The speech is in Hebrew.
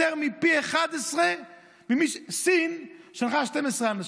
יותר מפי 11. סין שלחה 12 אנשים,